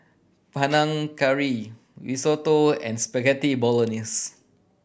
Panang Curry Risotto and Spaghetti Bolognese